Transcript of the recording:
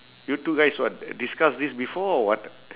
you two guys what discuss this before or what